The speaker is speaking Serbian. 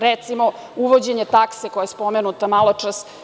Recimo, uvođenje takse koja je spomenuta maločas.